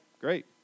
great